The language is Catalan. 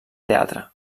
teatre